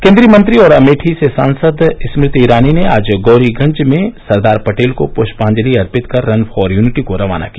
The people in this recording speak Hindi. केंद्रीय मंत्री और अमेठी से सांसद स्मृति ईरानी ने आज गौरीगंज में सरदार पटेल को पू पांजलि अर्थित कर रन फॉर यनिटी को रवाना किया